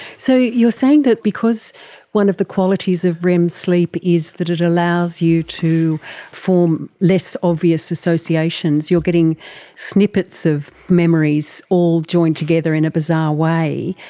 so you're saying that because one of the qualities of rem sleep is that it allows you to form less obvious associations, you're getting snippets of memories all joined together in a bizarre way,